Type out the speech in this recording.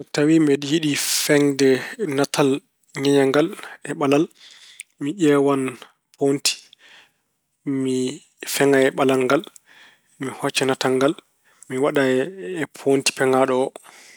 So tawi mbeɗa yiɗi feŋde natal ñeñangal e ɓalal, mi ƴeewan poonti, mi feŋa e ɓalal ngal. Mi hocca natal ngal mi wona e poonti peŋaaɗo o.